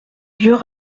vieux